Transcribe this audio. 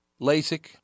lasik